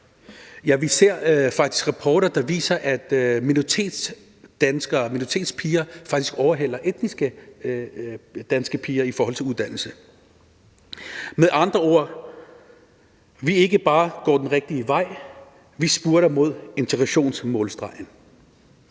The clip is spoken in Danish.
viser, at minoritetsdanskere, minoritetspiger, faktisk overhaler etnisk danske piger i forhold til uddannelse. Med andre ord: Vi ikke bare går den rigtige vej, vi spurter mod integrationsmålstregen.